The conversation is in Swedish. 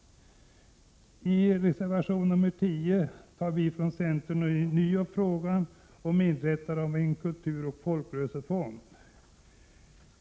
21 april 1988 I reservation 10 tar vi från centern ånyo upp frågan om inrättandet av en kulturoch folkrörelsefond.